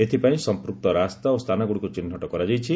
ଏଥିପାଇଁ ସମ୍ପୂକ୍ତ ରାସ୍ତା ଓ ସ୍ଥାନଗୁଡ଼ିକୁ ଚିହ୍ନଟ କରାଯାଇଛି